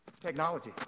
Technology